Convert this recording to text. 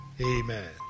Amen